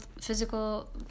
physical